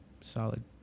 solid